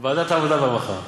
ועדת העבודה והרווחה.